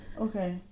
Okay